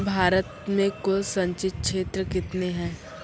भारत मे कुल संचित क्षेत्र कितने हैं?